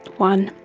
one,